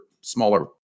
smaller